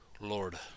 Lord